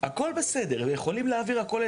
הכול בסדר, הם יכולים להעביר הכול.